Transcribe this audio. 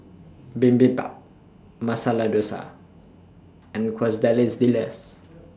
Bibimbap Masala Dosa and Quesadillas